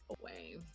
away